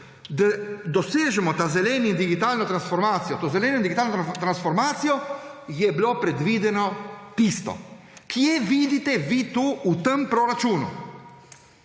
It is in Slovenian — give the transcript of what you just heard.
s to zeleno digitalno transformacijo je bilo predvideno tisto. Kje vidite vi to v tem proračunu?